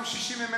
חבר הכנסת אמסלם,